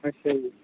ਅੱਛਾ ਜੀ